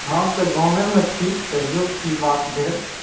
हम तऽ गाँवेमे छी कहियौ की बात भेल